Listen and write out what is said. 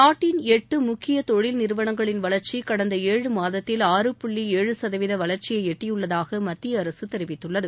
நாட்டின் எட்டு முக்கிய தொழில் நிறவனங்களின் வளர்ச்சி கடந்த ஏழு மாதத்தில் ஆறு புள்ளி ஏழு சதவீத வளர்ச்சியை எட்டியுள்ளதாக மத்திய அரசு தெரிவித்துள்ளது